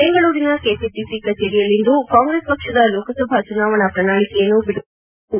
ಬೆಂಗಳೂರಿನ ಕೆಪಿಸಿಸಿ ಕಚೇರಿಯಲ್ಲಿಂದು ಕಾಂಗ್ರೆಸ್ ಪಕ್ಷದ ಲೋಕಸಭಾ ಚುನಾವಣಾ ಪ್ರಣಾಳಿಕೆಯನ್ನು ಬಿಡುಗಡೆ ಮಾದಿ ಮಾತನಾಡಿದರು